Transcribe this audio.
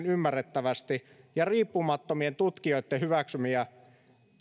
ymmärrettävästi riippumattomien tutkijoitten hyväksymiä